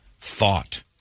thought